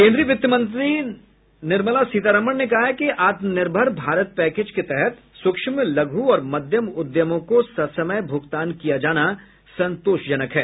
केन्द्रीय वित्तमंत्री निर्मला सीतारमन ने कहा है कि आत्मनर्भिर भारत पैकेज के तहत स्रक्ष्म लघु और मध्यम उद्यमों को ससमय भ्रगतान किया जाना संतोषजनक है